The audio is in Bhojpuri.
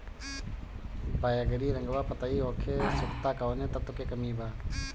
बैगरी रंगवा पतयी होके सुखता कौवने तत्व के कमी बा?